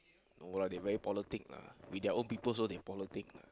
no lah they very politic lah with their own people also they politic lah